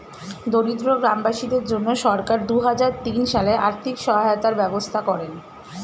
দরিদ্র গ্রামবাসীদের জন্য সরকার দুহাজার তিন সালে আর্থিক সহায়তার ব্যবস্থা করেন